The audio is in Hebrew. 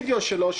כן.